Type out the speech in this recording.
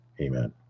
Amen